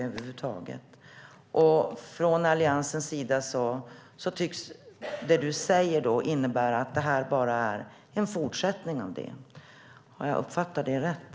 Av det du säger tycks detta innebära en fortsättning av det. Har jag uppfattat det rätt?